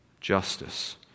Justice